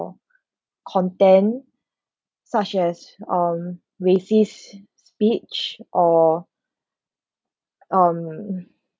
content such as um racist speech or um